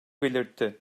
belirtti